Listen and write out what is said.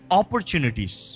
opportunities